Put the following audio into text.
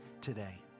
today